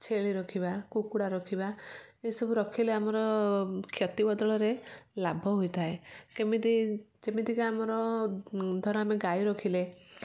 ଛେଳି ରଖିବା କୁକୁଡ଼ା ରଖିବା ଏସବୁ ରଖିଲେ ଆମର କ୍ଷତି ବଦଳରେ ଲାଭ ହୋଇଥାଏ କେମିତି ଯେମିତିକି ଆମର ଧର ଆମେ ଗାଈ ରଖିଲେ